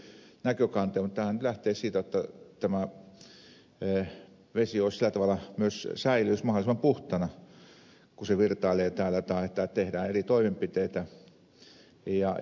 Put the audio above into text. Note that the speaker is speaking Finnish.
en nyt lähde luettelemaan niitä eri näkökantoja mutta tämähän nyt lähtee siitä että tämä vesi säilyisi mahdollisimman puhtaana kun se virtailee täällä tai tehdään eri toimenpiteitä